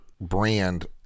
brand